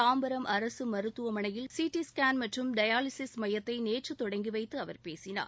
தாம்பரம் அரசு மருத்துவமனையில் C T scan மற்றும் டயாலிசிஸ் மையத்தை நேற்று தொடங்கி வைத்து அவர் பேசினார்